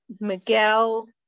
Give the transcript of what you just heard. Miguel